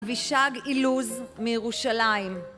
אבישג אילוז מירושלים